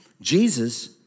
Jesus